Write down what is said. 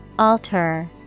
Alter